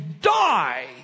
die